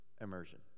Immersion